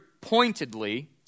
pointedly